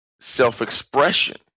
self-expression